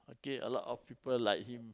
K a lot of people like him